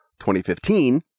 2015